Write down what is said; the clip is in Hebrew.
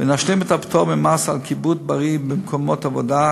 ונשלים את הפטור ממס על כיבוד בריא במקומות עבודה,